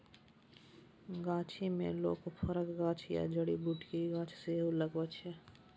गाछी मे लोक फरक गाछ या जड़ी बुटीक गाछ सेहो लगबै छै